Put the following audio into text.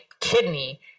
kidney